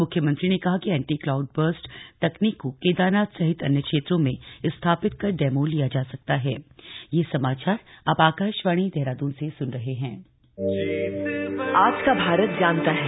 मुख्यमंत्री ने कहा कि एंटी क्लाउड बस्ट तकनीक को केदारनाथ सहित अन्य क्षेत्रों में स्थापित कर डेमो लिया जा सकता है